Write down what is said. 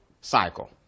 cycle